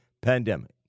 pandemic